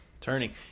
turning